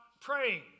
praying